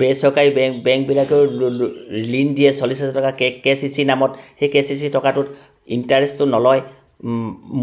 বেচৰকাৰী বেংক বেংকবিলাকেও ঋণ দিয়ে চল্লিছ হেজাৰ টকা কে চি চি নামত সেই কে চি চি টকাটোত ইণ্টাৰেষ্টটো নলয়